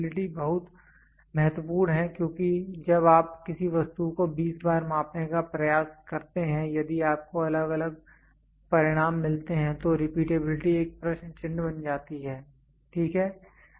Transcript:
repeatability बहुत महत्वपूर्ण है क्योंकि जब आप किसी वस्तु को 20 बार मापने का प्रयास करते हैं यदि आपको अलग अलग परिणाम मिलते हैं तो रिपीटेबिलिटी एक प्रश्न चिह्न बन जाती है ठीक है